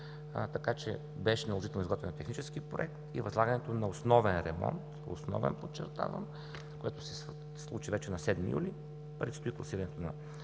така че беше наложително изготвянето на технически проект и възлагането на основен ремонт, подчертавам, основен, което се случи вече на 7 юли. Предстои класирането на